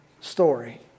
story